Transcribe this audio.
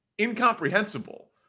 incomprehensible